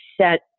set